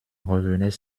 revenait